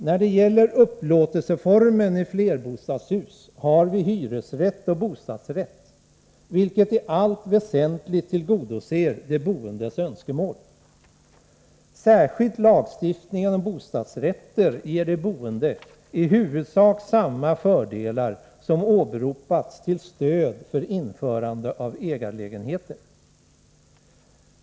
När det gäller upplåtelseformen i flerbostadshus har vi hyresrätt och bostadsrätt, som i allt väsentligt tillgodoser de boendes önskemål. Särskilt lagstiftningen om bostadsrätter ger de boende i huvudsak samma fördelar som åberopats till stöd för införande av ägarlägenheter.